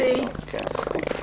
בבקשה.